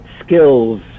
skills